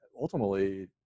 ultimately